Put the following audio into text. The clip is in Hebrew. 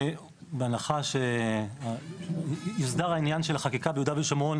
בהנחה שיוסדר העניין של החקיקה ביהודה ושומרון